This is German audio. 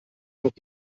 noch